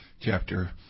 chapter